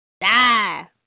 Die